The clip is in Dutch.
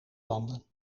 landen